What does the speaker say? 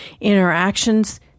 interactions